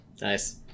nice